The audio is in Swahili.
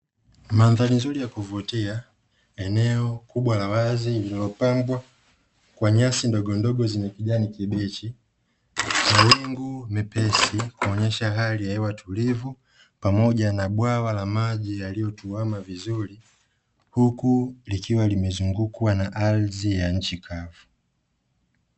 Mandhari nzuri ya kuvutia, eneo kubwa la wazi lililopambwa kwa nyasi ndogondogo zenye kijani kibichi, mawingu mepesi kuonyesha hali ya hewa tulivu, pamoja na bwawa la maji yaliyotuama vizuri; huku likiwa limezungukwa na ardhi ya nchi kavu.